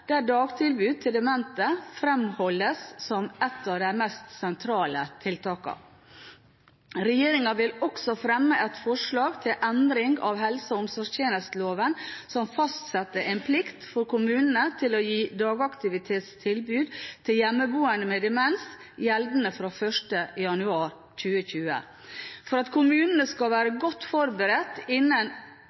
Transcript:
der dagtilbud til demente fremholdes som et av de mest sentrale tiltakene. Regjeringen vil også fremme et forslag til endring av helse- og omsorgstjenesteloven, som fastsetter en plikt for kommunene til å gi dagaktivitetstilbud til hjemmeboende med demens, gjeldende fra 1. januar 2020. For at kommunene skal være godt forberedt innen plikten trer i kraft, har regjeringen opprettet en